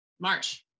March